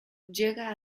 llega